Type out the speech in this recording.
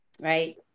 right